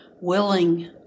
willing